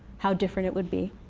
how different it would be.